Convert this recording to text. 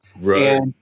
Right